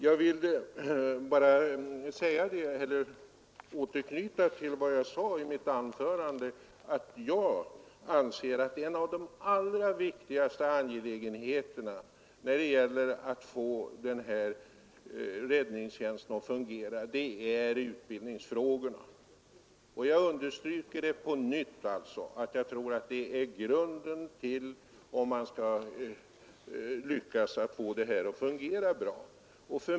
Jag vill bara återknyta till vad jag sade i mitt inledningsanförande, att jag anser att en av de allra viktigaste angelägenheterna, när det gäller att få räddningstjänsten att fungera, är utbildningen. Jag understryker på nytt att jag tror att det är nödvändigt, om man skall lyckas, att få utbildningen att fungera bra.